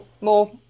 more